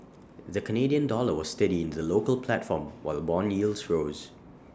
the Canadian dollar was steady in the local platform while Bond yields rose